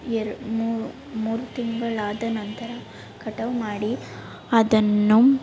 ಯರ್ ಮೂರು ಮೂರು ತಿಂಗಳಾದ ನಂತರ ಕಟಾವು ಮಾಡಿ ಅದನ್ನು